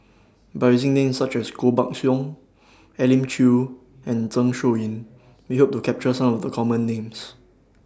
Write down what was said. By using Names such as Koh Buck Song Elim Chew and Zeng Shouyin We Hope to capture Some of The Common Names